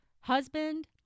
husband